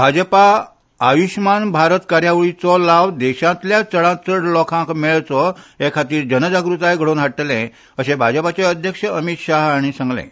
भाजपा आयूशमान भारत कार्यावळीचो लाव देशांतल्या चडांतचड लोकांक मेळचो हे खातीर लोकजागूताय घडोवन हाडटले अशें भाजपाचे अध्यक्ष अमित शाह हांणी सांगलें